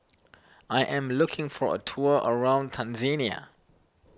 I am looking for a tour around Tanzania